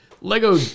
Lego